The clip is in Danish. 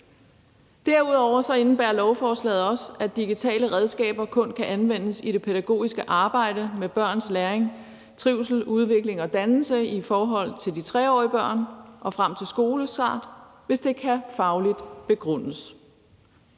Derudover indebærer lovforslaget, at digitale redskaber kun kan anvendes i det pædagogiske arbejde med børns læring, trivsel, udvikling og dannelse i forhold til de 3-årige børn og frem til skolestart, hvis det kan fagligt begrundes.